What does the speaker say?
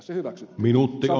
se hyväksyttiin